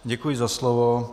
Děkuji za slovo.